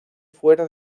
fuera